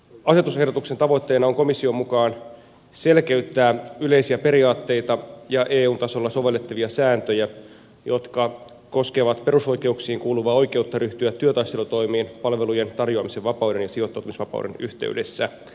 asetusehdotuksen tavoitteena on komission mukaan selkeyttää yleisiä periaatteita ja eu tasolla sovellettavia sääntöjä jotka koskevat perusoikeuksiin kuuluvaa oikeutta ryhtyä työtaistelutoimiin palvelujen tarjoamisen vapauden ja sijoittautumisvapauden yhteydessä